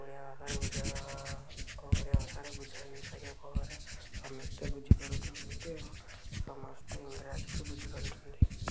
ଓଡ଼ିଆ ଭାବରେ ବୁଝା ଓ ଓଡ଼ିଆ ଭାଷାରେ ବୁଝାଇ ସାରିବା ପରେ ସମସ୍ତେ ବୁଝିପାରୁଛନ୍ତି ଏବଂ ସମସ୍ତେ ଇଂରାଜୀକୁ ବୁଝିପାରୁଛନ୍ତି